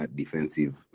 defensive